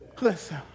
Listen